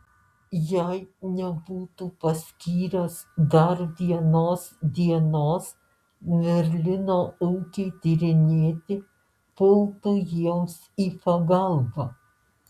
jei nebūtų paskyręs dar vienos dienos merlino ūkiui tyrinėti pultų jiems į pagalbą